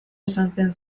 esaten